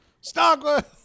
Stockwell